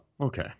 okay